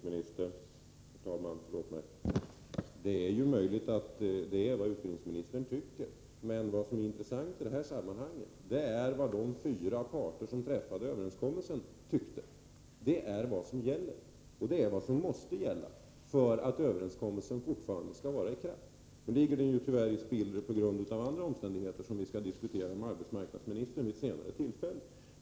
Herr talman! Det är möjligt att det är vad utbildningsministern tycker. Men det som är intressant i detta sammanhang är vad de fyra parter som träffade överenskommelsen tyckte. Det är vad som gäller — och vad som måste gälla för att överenskommelsen fortfarande skall vara i kraft. Nu ligger den tyvärr i spillror på grund av andra omständigheter, som vi skall diskutera med arbetsmarknadsministern vid ett senare tillfälle.